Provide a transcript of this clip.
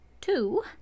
Two